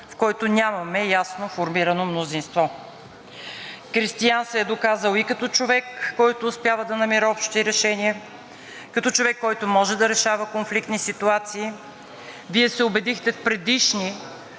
в който нямаме ясно формирано мнозинство. Кристиан се е доказал и като човек, който успява да намира общи решения, като човек, който може да решава конфликтни ситуации. Вие се убедихте в предишни